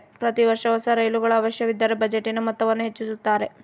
ಪ್ರತಿ ವರ್ಷ ಹೊಸ ರೈಲುಗಳ ಅವಶ್ಯವಿದ್ದರ ಬಜೆಟಿನ ಮೊತ್ತವನ್ನು ಹೆಚ್ಚಿಸುತ್ತಾರೆ